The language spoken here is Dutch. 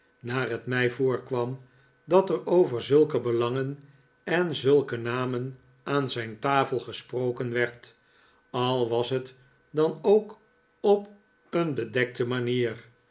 naar het mij voorkwam dat er over zulke belangen en zulke namen aan zijn tafel gesproken werd al was het dan ook op een bedekte manier